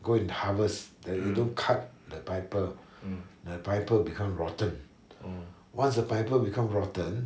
go and harvest that you don't cut the pineapple the pineapple become rotten once the pineapple become rotten